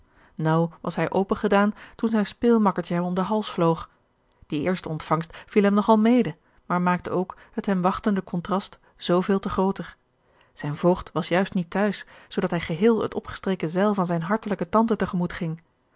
naauw was hij open gedaan toen zijn speelmakkertje hem om den hals vloog die eerste ontvangst viel hem nog al mede maar maakte ook het hem wachtende contrast zooveel te grooter zijn voogd was juist niet te huis zoodat hij geheel het opgestreken zeil van zijne hartelijke tante te gemoet ging